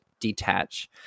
detach